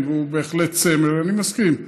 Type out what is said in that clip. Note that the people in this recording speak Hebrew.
כן, הוא בהחלט סמל, אני מסכים.